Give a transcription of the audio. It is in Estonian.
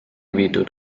viidud